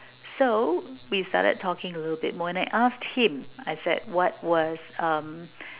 so we started talking a little bit more and I asked him I said what was um